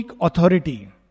authority